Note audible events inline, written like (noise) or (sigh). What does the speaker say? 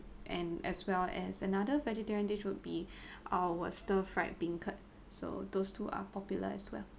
and as well as another vegetarian dish would be (breath) our stir fried beancurd so those two are popular as well